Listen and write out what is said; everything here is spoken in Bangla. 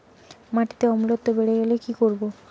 মাটিতে অম্লত্ব বেড়েগেলে কি করব?